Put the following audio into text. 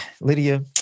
Lydia